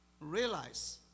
realize